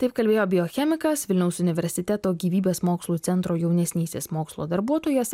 taip kalbėjo biochemikas vilniaus universiteto gyvybės mokslų centro jaunesnysis mokslo darbuotojas